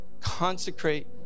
consecrate